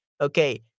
Okay